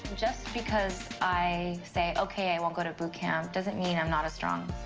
just because i say, okay, i won't go to boot camp doesn't mean i'm not a strong,